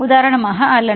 உதாரணமாக அலனைன் 13